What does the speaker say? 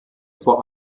vor